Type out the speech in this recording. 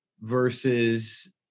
versus